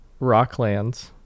Rocklands